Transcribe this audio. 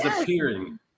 appearing